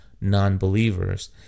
non-believers